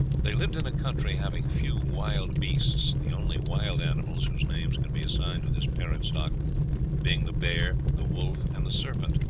they lived in a country having few wild beasts the only wild animals whose names can be assigned to this parent stock being the bear, the wolf, and the serpent.